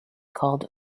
called